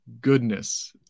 goodness